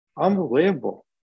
Unbelievable